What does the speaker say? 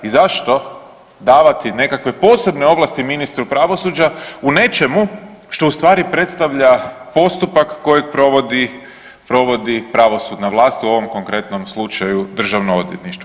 I zašto davati nekakve posebne ovlasti ministru pravosuđa u nečemu što ustvari predstavlja postupak kojeg provodi pravosudna vlast, u ovom konkretnom slučaju Državno odvjetništvo?